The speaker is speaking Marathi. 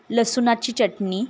लसुणाची चटणी